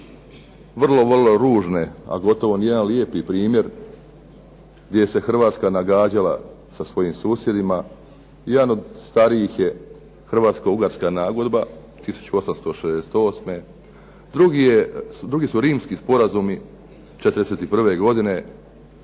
vrlo, vrlo ružne, a gotovo nijedan lijepi primjer, gdje se Hrvatska nagađala sa svojim susjedima. Jedan od starijih je Hrvatsko-Ugarska nagodba 1868., drugi su Rimski sporazumi '41. godine